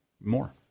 more